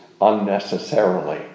unnecessarily